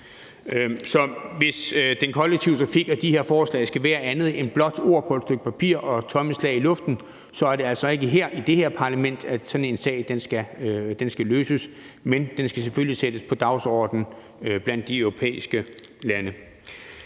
Så hvis den kollektive trafik og de her forslag skal være andet end blot ord på et stykke papir og tomme slag i luften, er det altså ikke her i det her parlament, at den her sag skal løses, men den skal selvfølgelig sættes på dagsordenen blandt de europæiske lande.